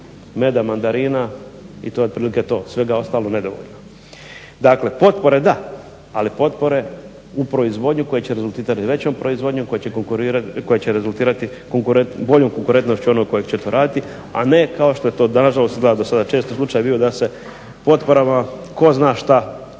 meda, mandarina i to je otprilike to. svega ostalog nedovoljno. Dakle potpore da, ali potpore u proizvodnji koje će rezultirati većom proizvodnjom koje će rezultirati boljom konkurentnošću onog koji će to raditi, a ne kao što je to nažalost do sada često slučaj bio da se potporama tko zna šta